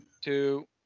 Two